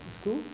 School